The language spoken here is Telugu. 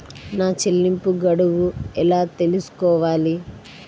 నా చెల్లింపు గడువు ఎలా తెలుసుకోవాలి?